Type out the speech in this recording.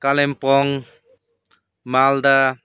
Kalimpong Malda